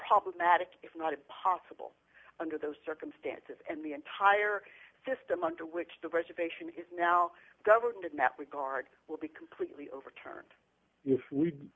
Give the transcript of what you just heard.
problematic if not impossible under those circumstances and the entire system under which the reservation is now governed in that regard will be completely overturned if we